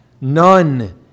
None